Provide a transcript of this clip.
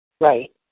Right